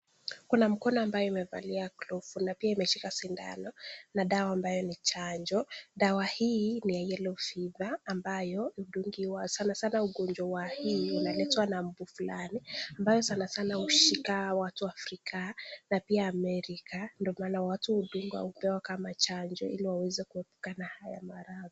Kuna mkono ambaye imevalia glovu na pia imeshika sindano, na dawa ambaye ni chanjo. Dawa hii ni ya YELLOW FEVER ambayo hudungiwa sana sana ugonjwa wa hii unaletwa na mbu fulani. Ambayo sana sana hushika watu wa Afrika na pia Amerika. Ndio maana watu hudungwa, hupewa kama chanjo ili waweze kuepukana na haya maradhi.